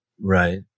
Right